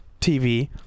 TV